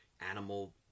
animal